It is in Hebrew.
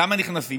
למה נכנסים?